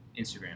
Instagram